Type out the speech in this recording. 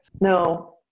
no